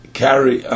carry